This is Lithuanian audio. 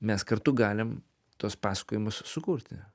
mes kartu galim tuos pasakojimus sukurti